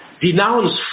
denounce